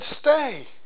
stay